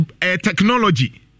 technology